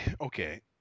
okay